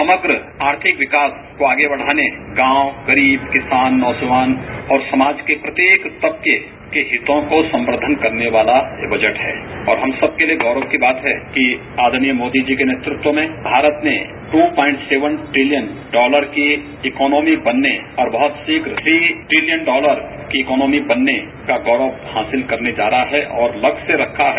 समग्र आर्थिक विकास को आगे बढ़ाने गांव गरीब किसान नौजवान और समाज के प्रत्येक तबके कि हितों को संवर्दन करने वाला यह बजट है और हम सबके लिये गौरव की बात है कि आदर्णीय मोदी जी के नेतृत्व में भारत ने दो दरामलव सात ट्रिलियन डॉलर के इकॉनोमी बनने और बहुत शीघ्र तीन ट्रिलियन की इकॉनोमी बनने का गौरव हासिल करने जा रहा है और लक्ष्य रखा है